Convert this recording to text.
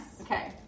Okay